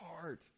heart